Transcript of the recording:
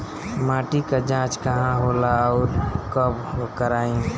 माटी क जांच कहाँ होला अउर कब कराई?